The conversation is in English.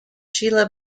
sheila